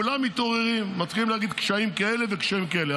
כולם מתעוררים ומתחילים להגיד קשיים כאלה וקשיים כאלה.